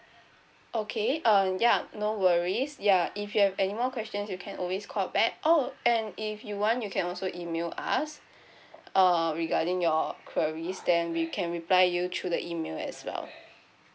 okay um yeah no worries ya if you have any more questions you can always call back oh and if you want you can also email us um regarding your queries then we can reply you through the email as well